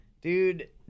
Dude